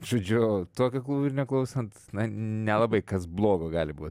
žodžiu tokio kūrinio klausant na nelabai kas blogo gali būt